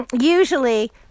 usually